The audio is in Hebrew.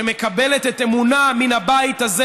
שמקבלת את אמונה מן הבית הזה,